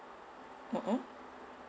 mmhmm